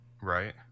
right